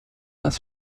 das